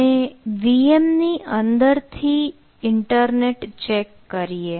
આપણે VM ની અંદર ઇન્ટરનેટ ચેક કરીએ